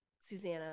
Susanna